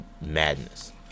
madness